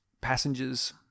Passengers